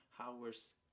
hours